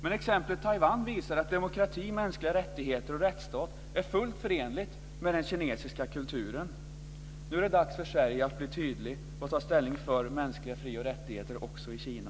Exemplet Taiwan visar att demokrati, mänskliga rättigheter och rättsstat är fullt förenligt med den kinesiska kulturen. Nu är det dags för Sverige att bli tydligt och ta ställning för mänskliga fri och rättigheter också i Kina.